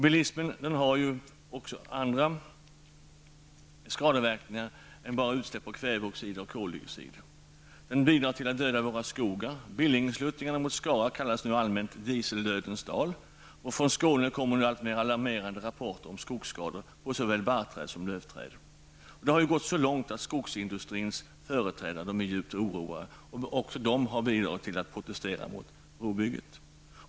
Bilismen har även andra skadeverkningar än enbart utsläpp av kväveoxider och koldioxid. Den bidrar till att döda våra skogar. Billingensluttningarna mot Skara kallas nu allmänt dieseldödens dal. Från Skåne kommer nu alltmer alarmerande rapporter om skogsskador på såväl barrträd som lövträd. Det har gått så långt att skogsindustrins företrädare är djupt oroade. Även de har bidragit till att protestera mot brobygget.